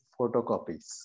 photocopies